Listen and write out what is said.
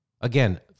again